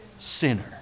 sinner